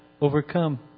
overcome